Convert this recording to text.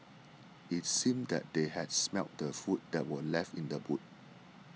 it seemed that they had smelt the food that were left in the boot